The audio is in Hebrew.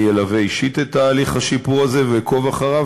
אני אלווה אישית את תהליך השיפור הזה ואעקוב אחריו.